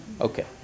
Okay